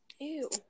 Ew